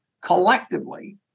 collectively